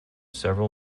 several